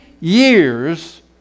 years